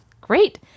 Great